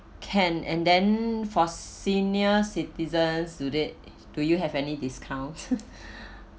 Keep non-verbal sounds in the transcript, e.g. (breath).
can and then for senior citizens do they do you have any discount (laughs) (breath)